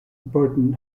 burton